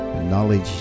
knowledge